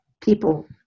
people